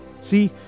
See